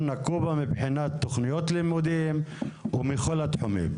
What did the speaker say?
נקובא מבחינת תוכניות לימודים ובכל התחומים.